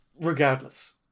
Regardless